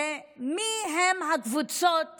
היא מיהן הקבוצות